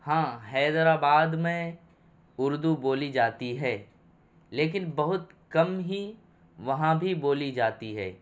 ہاں حیدرآباد میں اردو بولی جاتی ہے لیکن بہت کم ہی وہاں بھی بولی جاتی ہے